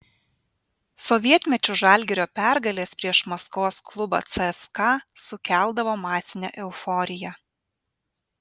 sovietmečiu žalgirio pergalės prieš maskvos klubą cska sukeldavo masinę euforiją